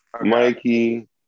Mikey